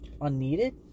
unneeded